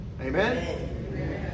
Amen